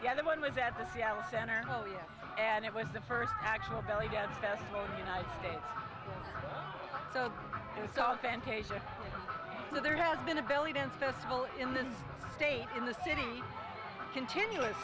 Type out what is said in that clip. yeah that one was at the seattle center and it was the first actual belly dance festival united states so you saw fantasia there has been a belly dance festival in the states in the city continuous